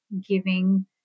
giving